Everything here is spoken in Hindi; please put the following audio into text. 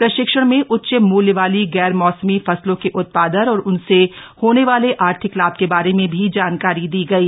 प्रशिक्षण में उच्च मूल्य वाली गैर मौसमी फसलों के उत्पादन और उनसे होने वाले आर्थिक लाभ के बारे में भी जानकारी दी गई